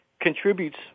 contributes